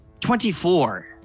24